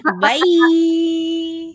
Bye